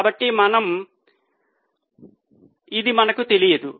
కాబట్టి ఇది మనకు తెలియదు